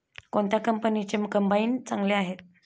कोणत्या कंपनीचे कंबाईन चांगले आहे?